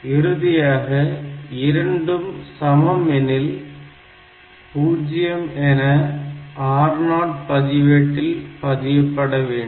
இறுதியாக இரண்டும் சமம் எனில் 0 என R0 பதிவேட்டில் பதியப்பட வேண்டும்